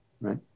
right